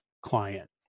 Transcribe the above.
client